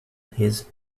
his